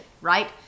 right